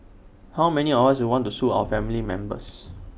how many of us would want to sue our family members